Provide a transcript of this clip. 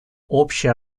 общая